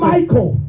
Michael